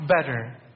better